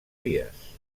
dies